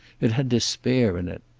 it had despair in it.